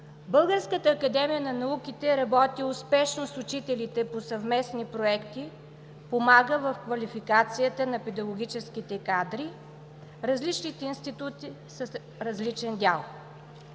Българската академия на науките работи успешно с учителите по съвместни проекти, помага в квалификацията на педагогическите кадри – различните институти с различен дял.